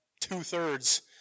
two-thirds